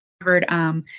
covered